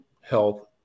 health